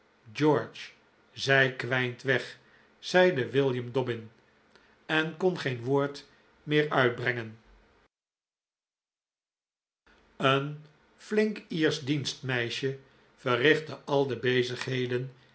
george zij kwijnt weg zeide william dobbin en kon geen woord meer uitbrengen een flink iersch dienstmeisje verrichtte al de bezigheden